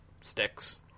sticks